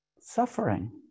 Suffering